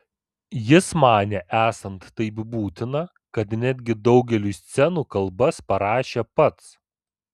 jis manė esant taip būtina kad netgi daugeliui scenų kalbas parašė pats